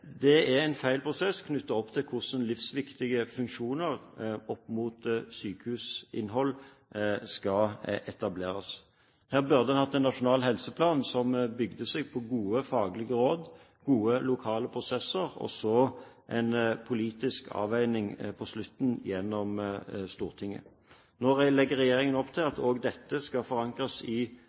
Det er en feil prosess knyttet til hvordan livsviktige funksjoner opp mot sykehusinnhold skal etableres. Her burde en hatt en nasjonal helseplan som bygde på gode faglige råd, gode lokale prosesser og så en politisk avveining til slutt i Stortinget. Nå legger regjeringen opp til at også dette skal forankres i